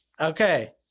Okay